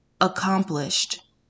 accomplished